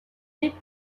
des